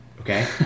Okay